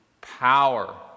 power